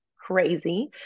crazy